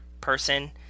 person